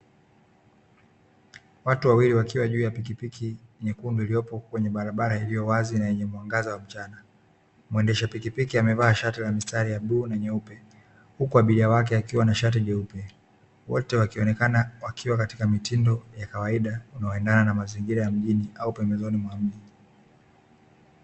Watu wawili wakiwa juu ya piki piki nyekundu, ikiwepo kwenye barabara iliyowazi na yenye kuangaza mchana. Mwendesha pikipiki amevaa fulana yenye mistari ya rangi ya bluu na nyeupe, huku abiria wake akiwa na shati jeupe, wote wakionekana wakiwa katika mitindo ya kawaida inayoendana na mazingira ya mjini au pembezoni ya miji.